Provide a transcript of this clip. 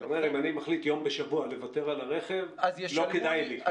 אני מחליט יום בשבוע לוותר על הרכב, לא כדאי לי.